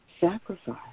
sacrifice